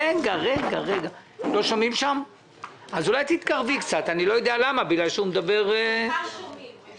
התקציב שמוגש לפניכם הוא תקציב שהוא מוגש